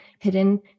hidden